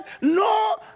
no